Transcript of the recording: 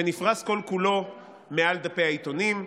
שנפרש כל-כולו מעל דפי העיתונים,